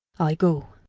i go.